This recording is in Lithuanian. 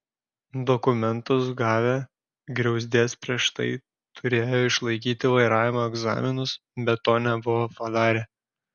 dokumentus gavę griauzdės prieš tai turėjo išlaikyti vairavimo egzaminus bet to nebuvo padarę